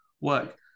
work